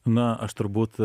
na aš turbūt